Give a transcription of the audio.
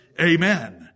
amen